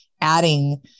adding